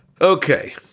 Okay